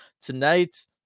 tonight